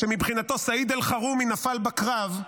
שמבחינתו סעיד אלחרומי נפל בקרב,